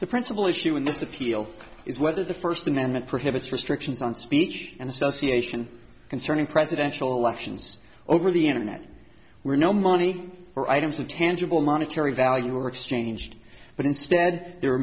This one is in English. the principal issue in this appeal is whether the first amendment prohibits restrictions on speech and association concerning presidential elections over the internet where no money or items of tangible monetary value were exchanged but instead they